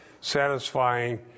satisfying